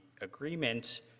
agreement